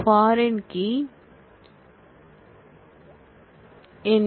பாரின் கீ கள் என்ன